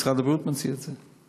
משרד הבריאות מוציא את זה.